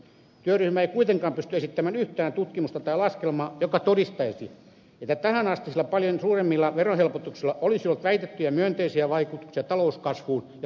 työryhmä ei kuitenkaan pysty esittämään yhtään tutkimusta tai laskelmaa joka todistaisi että tähänastisilla paljon suuremmilla verohelpotuksilla olisi ollut väitettyjä myönteisiä vaikutuksia talouskasvuun ja työllisyyteen